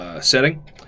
setting